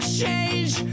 change